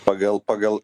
pagal pagal